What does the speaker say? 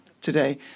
today